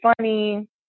funny